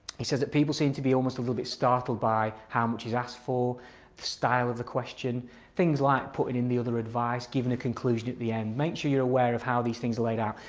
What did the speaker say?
he says that people seem to be almost a little bit startled by how much is asked for, the style of the question things like putting in the other advice, giving a conclusion at the end, make sure you're aware of how these things are laid out.